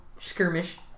skirmish